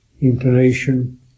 inclination